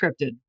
scripted